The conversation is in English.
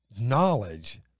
knowledge